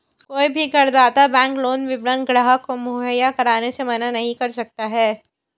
कोई भी करदाता बैंक लोन विवरण ग्राहक को मुहैया कराने से मना नहीं कर सकता है